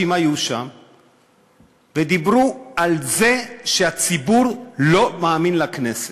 והם דיברו על זה שהציבור לא מאמין לכנסת.